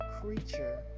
creature